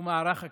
ומערך הכשרות?